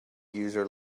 user